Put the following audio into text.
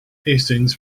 hastings